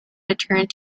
returned